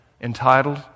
entitled